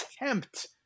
attempt